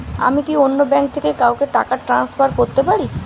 আমি কি অন্য ব্যাঙ্ক থেকে কাউকে টাকা ট্রান্সফার করতে পারি?